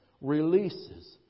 releases